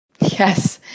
Yes